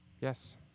Yes